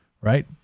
right